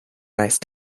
nice